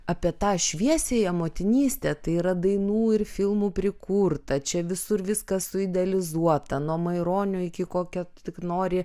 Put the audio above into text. apie tą šviesiąją motinystę tai yra dainų ir filmų prikurta čia visur viskas suidealizuota nuo maironio iki kokio tik nori